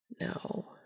No